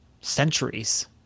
centuries